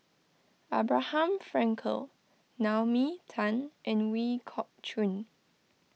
Abraham Frankel Naomi Tan and Ooi Kok Chuen